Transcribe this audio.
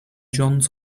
johns